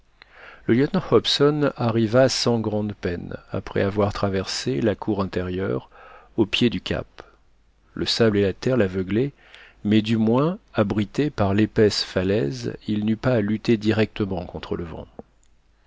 le lieutenant hobson arriva sans grande peine après avoir traversé la cour intérieure au pied du cap le sable et la terre l'aveuglaient mais du moins abrité par l'épaisse falaise il n'eut pas à lutter directement contre le vent